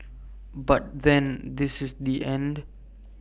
but then this is the end